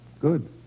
Good